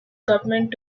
government